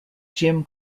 jim